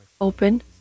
Open